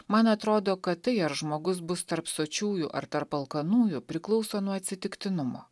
man atrodo kad tai ar žmogus bus tarp sočiųjų ar tarp alkanųjų priklauso nuo atsitiktinumo